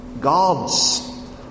God's